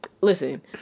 Listen